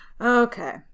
Okay